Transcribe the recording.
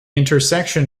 intersection